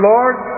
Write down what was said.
Lord